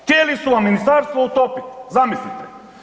Htjeli su vam ministarstvo utopit, zamislite.